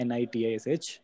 Nitish